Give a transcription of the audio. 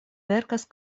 verkas